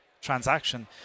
transaction